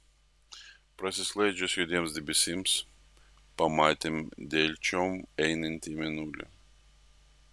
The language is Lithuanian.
prasisklaidžius juodiems debesims pamatėm delčion einantį mėnulį